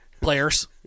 Players